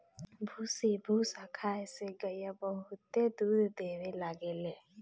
भूसी भूसा खाए से गईया बहुते दूध देवे लागेले